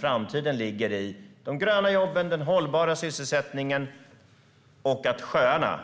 Framtiden ligger i de gröna jobben och den hållbara sysselsättningen. Sjöarna